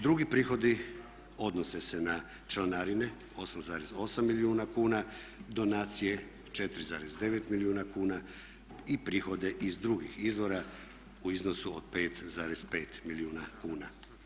Drugi prihodi odnose se na članarine 8,8 milijuna kuna, donacije 4,9 milijuna kuna i prihode iz drugih izvora u iznosu od 5,5 milijuna kuna.